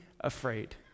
afraid